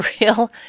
real